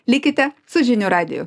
likite su žinių radiju